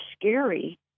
scary